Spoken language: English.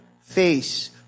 face